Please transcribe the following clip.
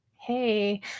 Hey